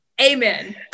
Amen